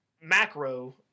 macro